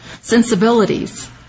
sensibilities